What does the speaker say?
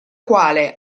quale